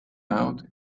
out